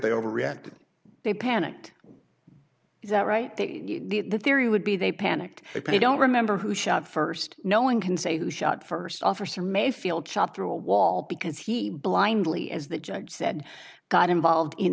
they overreacted they panicked is that right that the theory would be they panicked they don't remember who shot first no one can say who shot first officer mayfield shot through a wall because he blindly as the judge said got involved in